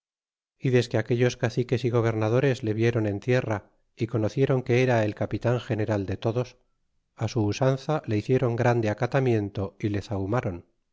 y desque aquellos caciques y gobernadores le viéron en tierra y conociéron que era el capitan general de todos su usanza le hiciéron grande acatamiento y le